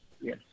Yes